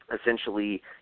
essentially